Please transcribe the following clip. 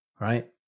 right